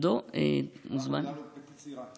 לנו פטי סירה.